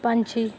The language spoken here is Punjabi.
ਪੰਛੀ